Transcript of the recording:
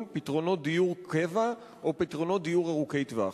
פתרונות דיור קבע או פתרונות דיור ארוכי טווח.